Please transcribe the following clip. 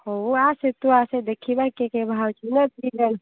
ହଉ ଆସେ ତୁ ଆସେ ଦେଖିବା କିଏ କିଏ ବାହାରୁଛି ନା ଫ୍ରି ନାଇଁ